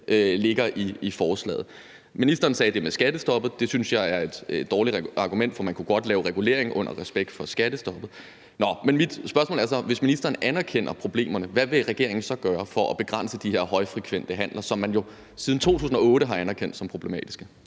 ligger i forslaget. Ministeren sagde det med skattestoppet. Det synes jeg er et dårligt argument, for man kunne godt lave regulering med respekt for skattestoppet. Nå, men mit spørgsmål er så: Hvis ministeren anerkender problemerne, hvad vil regeringen så gøre for at begrænse de her højfrekvente handler, som man jo siden 2008 har anerkendt som problematiske?